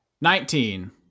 Nineteen